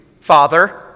Father